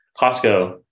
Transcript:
Costco